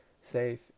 safe